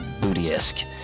booty-esque